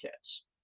kids